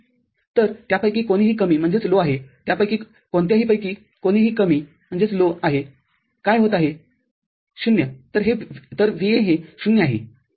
तर त्यापैकी कोणीही कमी आहे त्यापैकी कोणत्याहीपैकी कोणीही कमी आहे काय होत आहे ० तर VA हे ० आहे